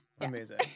Amazing